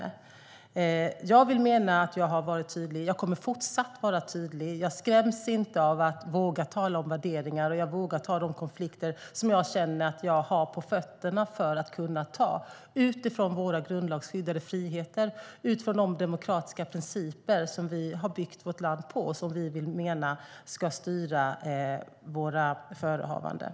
Jag vill mena att jag har varit tydlig. Jag kommer att fortsätta att vara tydlig. Jag skräms inte av att våga tala om värderingar, och jag vågar ta de konflikter där jag känner att jag har på fötterna så att jag kan ta dem utifrån våra grundlagsskyddade friheter och de demokratiska principer som vi har byggt vårt land på och som vi menar ska styra våra förehavanden.